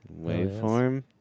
Waveform